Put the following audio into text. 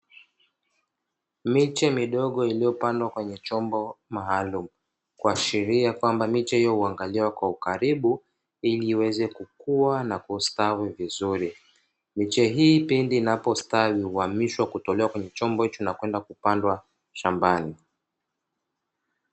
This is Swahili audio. Miche midogo iliyopandwa kwenye chombo maalumu, kuashiria kwamba miche hiyo huangaliwa kwa ukaribu ili iweze kukua na kustawi vizuri. Miche hii pindi inapostawi huhamishwa na kutolewa kwenye chombo hicho na kwenda kupandwa shambani.